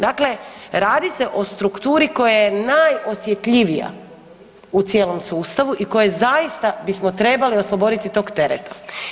Dakle, radi se strukturi koja je najosjetljivija u cijelom sustavu i koju zaista bismo trebali osloboditi tog tereta.